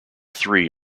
three